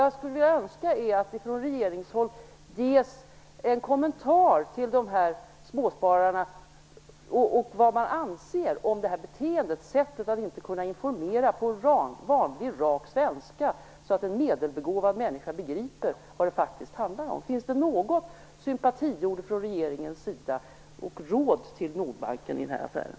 Jag skulle önska att det från regeringshåll ges en kommentar till småspararna om vad man anser om detta beteende och sättet att inte kunna informera på vanlig rak svenska så att en medelbegåvad människa begriper vad det faktiskt handlar om. Finns det några sympatiord från regeringens sida och råd till Nordbanken i den här affären?